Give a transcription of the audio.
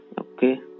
Okay